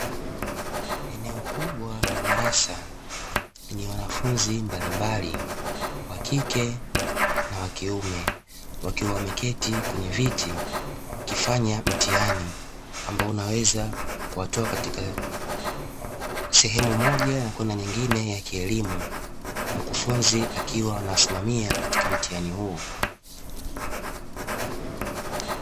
Eneo kubwa la darasa lenye wanafunzi mbalimbali wa kike na wakiume wakiwa wameketi kwenye viti wakifanya mtihani ambao unaweza kuwatoa katika sehemu moja na kwenda nyingine ya kielimu. Mkufunzi akiwa anasimamia katika mtihani huo.